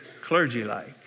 clergy-like